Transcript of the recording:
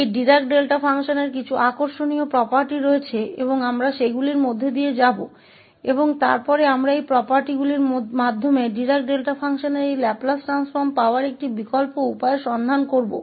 इस Dirac delta function के कुछ दिलचस्प गुण हैं और हम उनके माध्यम से जाएंगे और फिर हम इन गुणों के माध्यम से डिराक डेल्टा फ़ंक्शन के इस लैपलेस ट्रांसफॉर्म को प्राप्त करने के वैकल्पिक तरीके की तलाश करेंगे